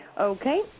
Okay